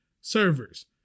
servers